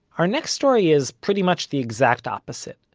our next story is pretty much the exact opposite.